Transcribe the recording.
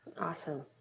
Awesome